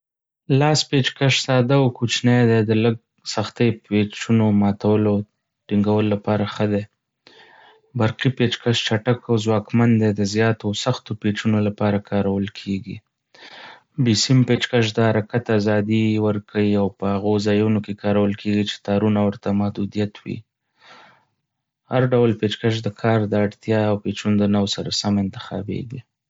لاس پېچ کش ساده او کوچنی دی، د لږ سختۍ پېچونو ماتولو او ټینګولو لپاره ښه دی. برقي پېچ کش چټک او ځواکمن دی، د زیاتو او سختو پېچونو لپاره کارول کېږي. بې سیم پېچ کش د حرکت آزادي ورکوي او په هغو ځایونو کې کارول کېږي چې تارونه ورته محدودیت وي. هر ډول پېچ کش د کار د اړتیا او پېچونو د نوع سره سم انتخابېږي.